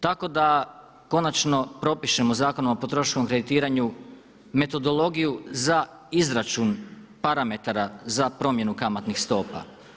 Tako da konačno propišemo Zakonom o potrošačkom kreditiranju metodologiju za izračun parametara za promjenu kamatnih stopa.